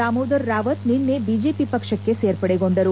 ದಾಮೋದರ ರಾವತ್ ನಿನ್ನೆ ಬಿಜೆಪಿ ಪಕ್ಷಕ್ಕೆ ಸೇರ್ಪಡೆಗೊಂಡರು